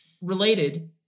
related